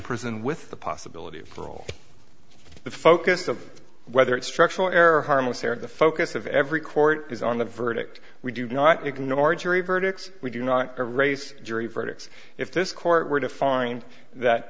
prison with the possibility of parole the focus of whether its structural error harmless error the focus of every court is on the verdict we do not ignore a jury verdicts we do not erase jury verdicts if this court were to find that